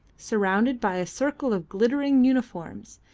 surrounded by a circle of glittering uniforms,